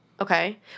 Okay